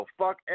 fuck